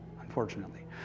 unfortunately